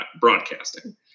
broadcasting